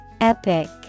Epic